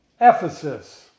Ephesus